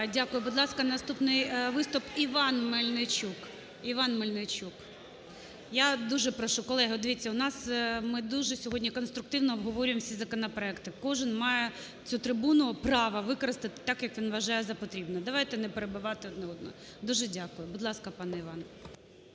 Дякую. Будь ласка, наступний виступ Іван Мельничук. Іван Мельничук. Я дуже прошу, колеги, от дивіться, у нас, ми дуже сьогодні конструктивно обговорюємо всі законопроекти, кожен має цю трибуну, права використати так, як він вважає за потрібне. Давайте не перебивати один одного. Дуже дякую. Будь ласка, пане Іване.